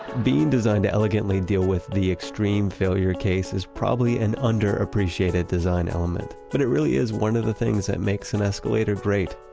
being designed to elegantly deal with the extreme failure case is probably an underappreciated design element. but it really is one of the things that makes an escalator great.